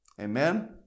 Amen